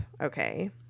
Okay